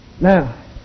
Now